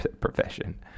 profession